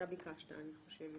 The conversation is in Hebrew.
אני חושבת